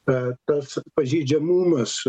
a tas pažeidžiamumas